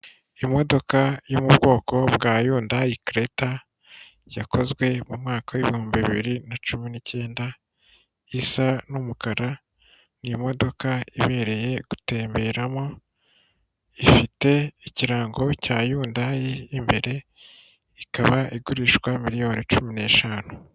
Imodoka yo mu bwoko bwa Yundayi kereta, yakozwe mu mwaka w'ibihumbi bibiri na cumi n'icyenda isa n'umukara, n'imodoka ibereye gutemberamo, ifite ikirango cya yundayi imbere ikaba igurishwa miriyoni cumi n'eshanu.